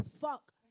fuck